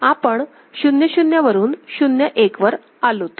आपण 0 0 वरून 0 1 वर आलोत